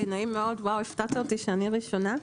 בבקשה.